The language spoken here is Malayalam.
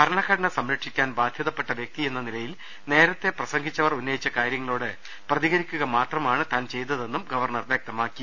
ഭരണഘടന സംരക്ഷി ക്കാൻ ബാധ്യതപ്പെട്ട വ്യക്തിയെന്ന നിലയിൽ നേരത്തെ പ്രസംഗിച്ചവർ ഉന്നയിച്ച കാര്യങ്ങളോട് പ്രതികരിക്കുക മാത്രമാണ് താൻ ചെയ്തതെന്നും ഗവർണർ വൃക്തമാക്കി